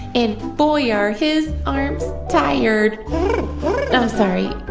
and boy, are his arms tired i'm sorry.